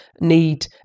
need